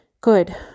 Good